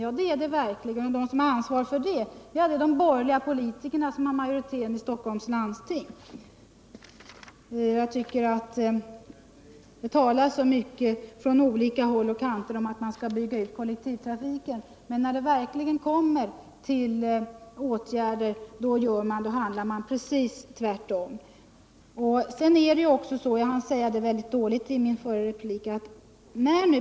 Ja, det är det verkligen, och de som har ansvaret för det är de borgerliga politikerna, som har majoriteten i Stockholms läns landsting. Det talas så mycket från olika håll och kanter om att man skall bygga ut kollektivtrafiken, men när det verkligen kommer till åtgärder handlar man precis tvärtom. När nu bensinpriset ökar så kraftigt som till 2 kr.